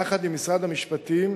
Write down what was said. יחד עם משרד המשפטים,